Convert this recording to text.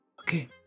Okay